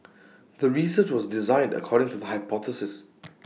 the research was designed according to the hypothesis